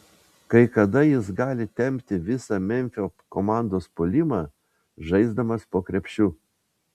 kai kada jis gali tempti visą memfio komandos puolimą žaisdamas po krepšiu